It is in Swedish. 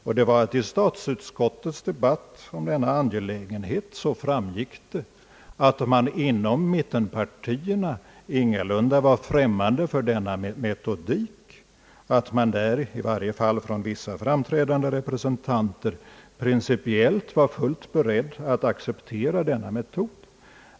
I statsutskottets debatt i denna angelägenhet framgick det att man inom mittenpartierna ingalunda var främmande för denna metodik och att man därför, i varje fall från vissa framträdande representanters sida, var fullt beredd att acceptera denna metod.